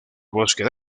bosque